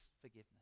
forgiveness